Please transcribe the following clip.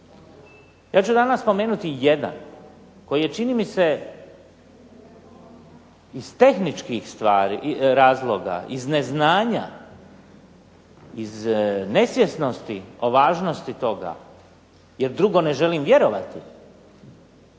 Ja ću danas spomenuti jedan koji je čini mi se iz tehničkih razloga, iz neznanja, iz nesvjesnosti o važnosti toga jer drugo ne želim vjerovati